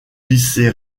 lycée